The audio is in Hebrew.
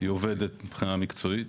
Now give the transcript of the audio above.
היא עובדת מבחינה מקצועית.